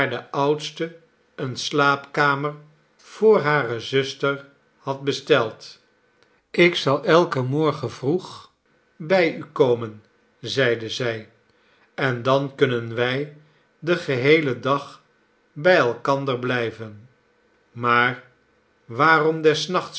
de oudste eene slaapkamer voor hare zuster had besteld ik zal elken morgen vroeg bij u komen zeide zij en dan kunnen wij den geheelen dag bij elkander blijven maar waarom des nachts